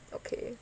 okay